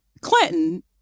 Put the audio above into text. clinton